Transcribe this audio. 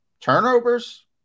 turnovers